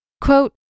Quote